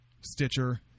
Stitcher